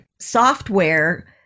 software